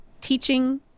teaching